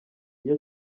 iyo